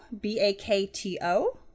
B-A-K-T-O